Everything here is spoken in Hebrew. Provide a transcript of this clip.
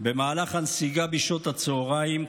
במהלך הנסיגה בשעות הצוהריים,